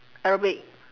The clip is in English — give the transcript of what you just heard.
aerobic